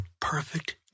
perfect